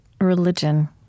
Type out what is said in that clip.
religion